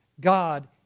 God